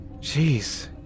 Jeez